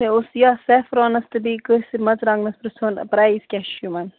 مےٚ اوس یَتھ سیفرانَس تہٕ بیٚیہِ کٲشِر مَرژٕوانٛگنَس پرٕٛژھُن پرٛایِس کیٛاہ چھُ یِمَن